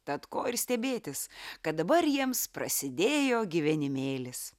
tad ko ir stebėtis kad dabar jiems prasidėjo gyvenimėlis